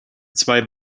zwei